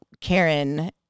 Karen